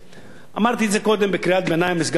אמרתי את זה קודם בקריאת ביניים לסגן שר האוצר,